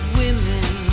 women